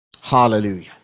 Hallelujah